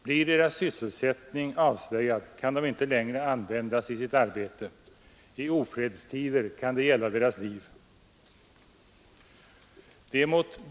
Blir deras sysselsättning avslöjad kan de inte längre användas i sitt arbete — i ofredstider kan det gälla deras liv.